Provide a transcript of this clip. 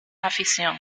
afición